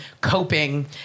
coping